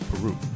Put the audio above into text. Peru